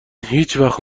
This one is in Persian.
هیچوقت